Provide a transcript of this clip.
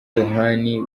yohani